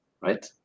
right